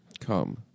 Come